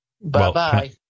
Bye-bye